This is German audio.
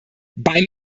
beim